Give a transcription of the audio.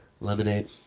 Lemonade